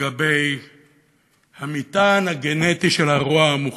לגבי המטען הגנטי של הרוע המוחלט,